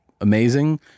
amazing